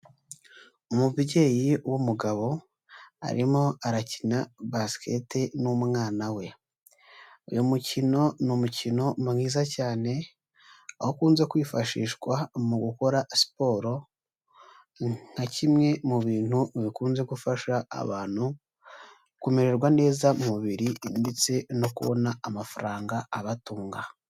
Umubyeyi w'umugabo arimo arakina basiketi n'umwana we, uyu mukino ni umukino mwiza cyane, aho ukunze kwifashishwa mu gukora siporo, nka kimwe mu bintu bikunze gufasha abantu kumererwa neza mubiri ndetse no kubona amafaranga abatunga.